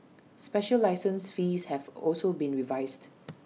special license fees have also been revised